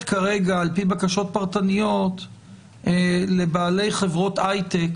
כרגע על פי בקשות פרטניות לבעלי חברות הייטק